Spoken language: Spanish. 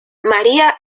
maría